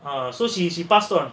ah so she she passed on